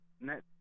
net